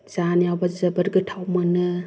जानायावबो जोबोर गोथाव मोनो